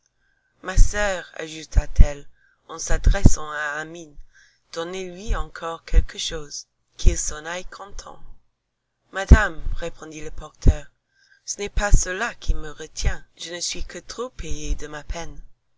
ma soeur ajouta-t-elle en s'adressant à amine donnez-lui encore quelque chose qu'il s'en aille content madame répondit le porteur ce n'est pas cela qui me retient je ne suis que trop payé de ma peine